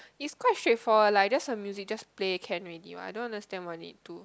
is quite straightforward like that some music just play can already mah I don't understand want it to